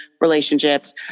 relationships